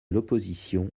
l’opposition